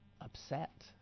upset